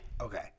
Okay